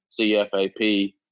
CFAP